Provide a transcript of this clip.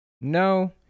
No